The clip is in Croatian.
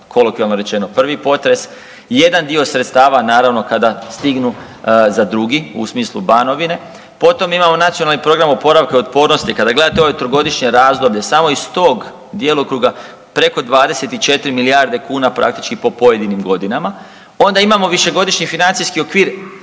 kolokvijalno rečeno prvi potres. Jedan dio sredstava naravno kada stignu za drugi u smislu Banovine. Potom imamo Nacionalni program oporavka i otpornosti kada gledate ovo trogodišnje razdoblje samo iz tog djelokruga preko 24 milijarde kuna praktički po pojedinim godinama. Onda imamo višegodišnji financijski okvir